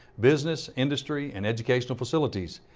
business, industry and educational facilities.